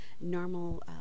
normal